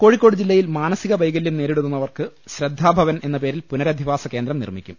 കോഴിക്കോട് ജില്ലയിൽ മാനസിക വൈകല്യം നേരിടുന്ന വർക്ക് ശ്രദ്ധാഭവൻ എന്ന പേരിൽ പുനരധിവാസകേന്ദ്രം നിർമ്മി ക്കും